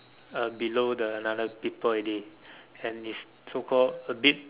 uh below the another people already and it's so called a bit